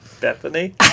Bethany